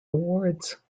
awards